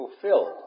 fulfilled